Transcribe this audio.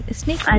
snake